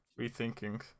rethinking